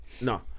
no